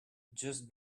just